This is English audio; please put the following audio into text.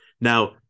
Now